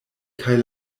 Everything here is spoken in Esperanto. kaj